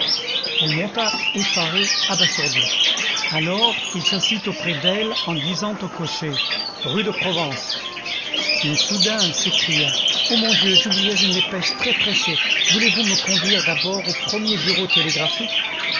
elle monta effarée abasourdie alors il s'assit auprès d'elle en disant au cocher rue de provence mais soudain elle s'écria oh mon dieu j'oubliais une dépêche très pressée voulez-vous me conduire d'abord au premier bureau télégraphique